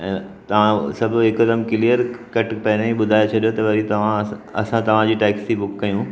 ऐं तव्हां सभु हिकदमि क्लिअर कट पहिरें ई ॿुधाए छॾियो त वरी तव्हां अस असां तव्हांजी टैक्सी बुक कयूं